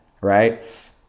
right